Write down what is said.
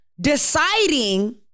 deciding